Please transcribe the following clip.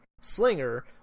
slinger